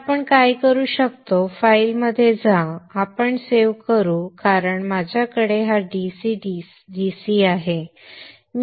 तर आपण काय करू शकतो फाईलमध्ये जा आपण सेव्ह करू कारण माझ्याकडे हा DC DC आहे